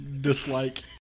dislike